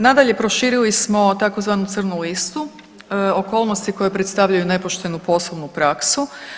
Nadalje proširili smo tzv. crnu listu, okolnosti koje predstavljaju nepoštenu poslovnu praksu.